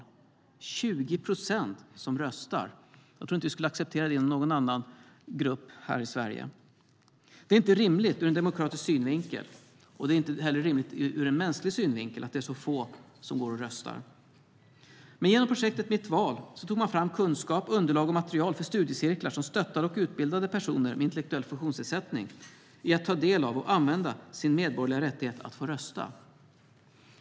Endast 20 procent som röstar - jag tror inte att vi skulle acceptera det i någon annan grupp här i Sverige. Det är inte rimligt ur en demokratisk synvinkel. Det är inte heller rimligt ur en mänsklig synvinkel att det är så få som går och röstar. Genom projektet Mitt val tog man fram kunskap, underlag och material för studiecirklar som stöttade och utbildade personer med intellektuell funktionsnedsättning i att ta del av och använda sin medborgerliga rättighet att rösta.